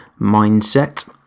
mindset